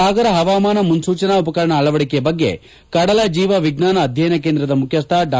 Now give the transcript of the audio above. ಸಾಗರ ಹವಾಮಾನ ಮುನ್ಲೂಚನಾ ಉಪಕರಣ ಅಳವಡಿಕೆ ಬಗ್ಗೆ ಕಡಲ ಜೀವ ವಿಜ್ಞಾನ ಅಧ್ಯಯನ ಕೇಂದ್ರದ ಮುಖ್ಯಸ್ಥ ಡಾ